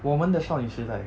我们的少女时代